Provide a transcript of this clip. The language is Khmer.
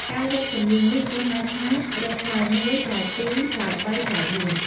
ការរឹតសំនៀងនេះគេហៅថា “រឹតផ្លែ១, ផ្លែ២, ផ្លែ ៣, ផ្លែ៤។